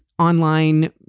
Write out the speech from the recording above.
Online